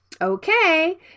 Okay